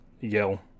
yell